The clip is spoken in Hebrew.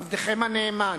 עבדכם הנאמן.